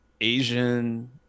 Asian